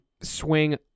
swing